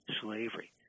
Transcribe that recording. slavery